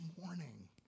morning